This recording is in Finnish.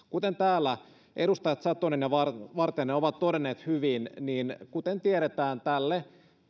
kuten täällä edustajat satonen ja vartiainen ovat hyvin todenneet niin tiedetään että tälle